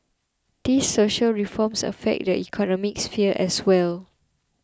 these social reforms affect the economic sphere as well